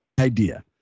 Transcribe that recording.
idea